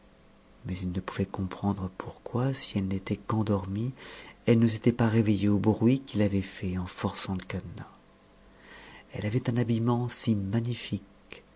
mais il ne pouvait comprendre pourquoi si elle n'était qu'endormie elle ne s'était pas réveillée au bruit qu'il avait fait en forçant le cadenas elle avait un habillement si magnifique